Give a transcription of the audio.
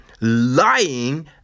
lying